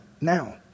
Now